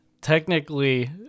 technically